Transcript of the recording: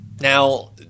Now